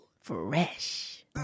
Fresh